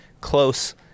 close